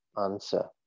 answer